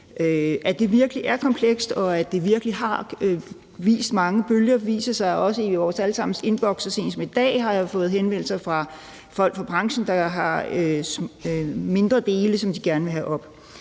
At det virkelig er komplekst, og at det virkelig har givet mange bølger, viser sig i vores alle sammens indbokse. Så sent som i dag har jeg fået henvendelser fra folk fra branchen, der har mindre ting, de gerne vil have op.